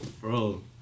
Bro